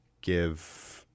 give –